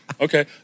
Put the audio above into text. Okay